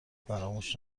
فراموش